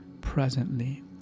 presently